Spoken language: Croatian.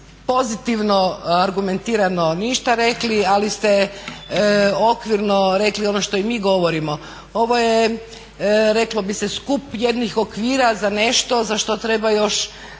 pozitivno argumentirano ništa rekli, ali ste okvirno rekli ono što i mi govorimo ovo je reko bi se skup jednih okvira za nešto za što treba još